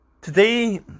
Today